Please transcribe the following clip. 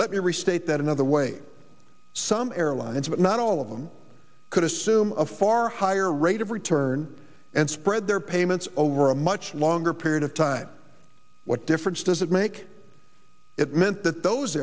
restate that another way some airlines but not all of them could assume a far higher rate of return and spread their payments over a much longer period of time what difference does it make it meant that those